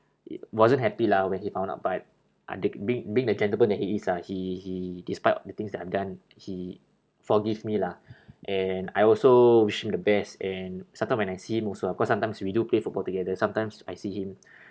i~ wasn't happy lah when he found out but under be~ being the gentleman that he is ah he he despite the things that I've done he forgive me lah and I also wish him the best and sometime when I see him also ah because sometimes we do play football together sometimes I see him